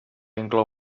inclou